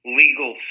legal